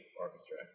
Orchestra